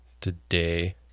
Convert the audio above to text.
today